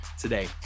today